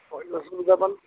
وۅنۍ اوسُس بہٕ دپَن